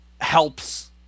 helps